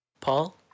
Paul